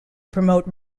promote